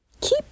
keep